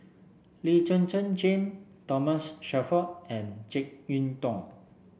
Lee Zhen Zhen Jane Thomas Shelford and JeK Yeun Thong